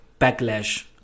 backlash